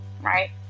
right